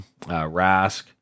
Rask